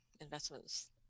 investments